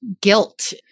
guilt